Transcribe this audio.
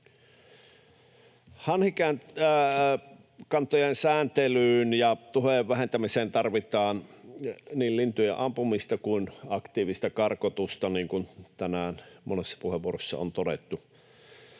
Hanhikantojen sääntelyyn ja tuhojen vähentämiseen tarvitaan niin lintujen ampumista kuin aktiivista karkotusta, niin kuin tänään monessa puheenvuorossa on todettu.